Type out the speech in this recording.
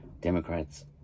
democrats